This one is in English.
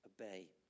obey